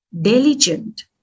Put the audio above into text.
Diligent